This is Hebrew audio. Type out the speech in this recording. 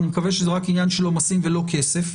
אני מקווה שזה רק עניין של עומסים ולא כסף.